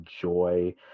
joy